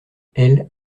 elle